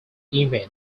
email